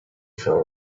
fell